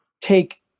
take